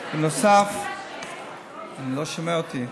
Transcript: אני לא שומע את עצמי.